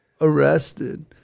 Arrested